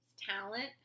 talent